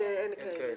שאין כאלה.